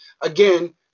again